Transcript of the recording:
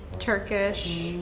turkish.